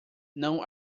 não